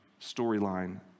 storyline